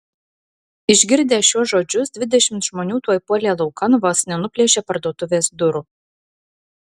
išgirdę šiuos žodžius dvidešimt žmonių tuoj puolė laukan vos nenuplėšė parduotuvės durų